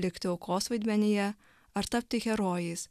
likti aukos vaidmenyje ar tapti herojais